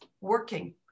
working